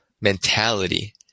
mentality